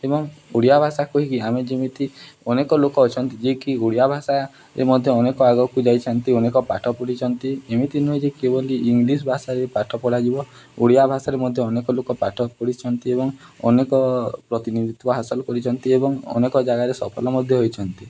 ଏବଂ ଓଡ଼ିଆ ଭାଷା କହିକି ଆମେ ଯେମିତି ଅନେକ ଲୋକ ଅଛନ୍ତି ଯିଏ କି ଓଡ଼ିଆ ଭାଷାରେ ମଧ୍ୟ ଅନେକ ଆଗକୁ ଯାଇଛନ୍ତି ଅନେକ ପାଠ ପଢ଼ିଛନ୍ତି ଏମିତି ନୁହେଁ ଯେ କିଭଳି ବୋଲି ଇଂଲିଶ ଭାଷାରେ ପାଠ ପଢ଼ାଯିବ ଓଡ଼ିଆ ଭାଷାରେ ମଧ୍ୟ ଅନେକ ଲୋକ ପାଠ ପଢ଼ିଛନ୍ତି ଏବଂ ଅନେକ ପ୍ରତିନିଧିତ୍ୱ ହାସଲ କରିଛନ୍ତି ଏବଂ ଅନେକ ଜାଗାରେ ସଫଳ ମଧ୍ୟ ହୋଇଛନ୍ତି